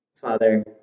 Father